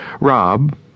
Rob